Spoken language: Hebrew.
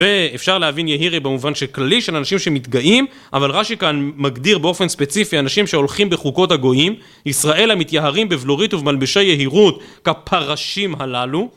ואפשר להבין יהירי במובן שכללי של אנשים שמתגאים, אבל רש"י כאן מגדיר באופן ספציפי אנשים שהולכים בחוקות הגויים. ישראל המתייהרים בבלורית ובמלבשי יהירות כפרשים הללו